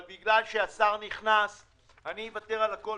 אבל בגלל שהשר נכנס אני אוותר על הכול